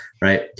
right